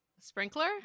Sprinkler